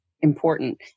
important